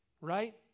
right